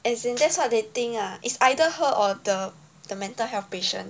as in that's what they think ah is either her or the the mental health patient